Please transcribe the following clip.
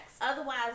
Otherwise